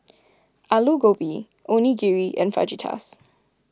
Alu Gobi Onigiri and Fajitas